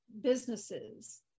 businesses